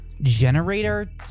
generator